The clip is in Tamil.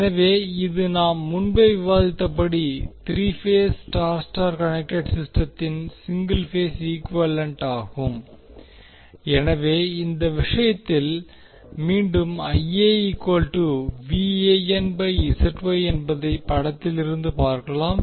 எனவே இது நாம் முன்பே விவாதித்தபடி three phase Y Y connected சிஸ்டத்தின் சிங்கிள் பேஸ் ஈக்குவேலண்டாகும் எனவே இந்த விஷயத்தில் மீண்டும் என்பதை படத்திலிருந்து பார்க்கலாம்